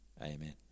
Amen